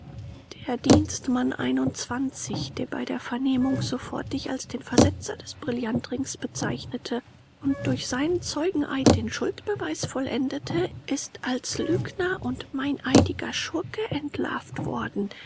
der dienstmann der bei der vernehmung sofort dich als den versetzer des brillantrings bezeichnete und durch seinen zeugeneid den schuldbeweis vollendete ist als lügner und meineidiger schurke entlarvt worden